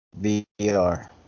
VR